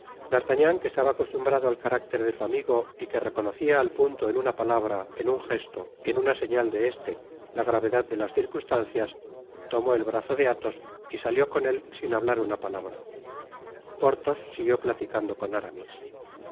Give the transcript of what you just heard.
que estaba acostumbrado al carácter de su amigo y que reconocia at punto en una palabra en un gesto en una señal de este la gravedad de las circunstancias tomó el brazo de athos y salió con él sin hablar una palabra porthos siguió platicando con aramis